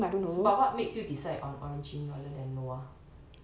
but what makes you decide on origin rather than noa